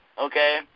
okay